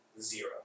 Zero